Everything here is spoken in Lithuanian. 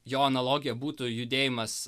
jo analogija būtų judėjimas